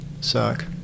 suck